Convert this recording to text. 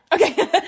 Okay